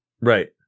Right